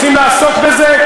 רוצים לעסוק בזה?